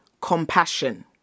compassion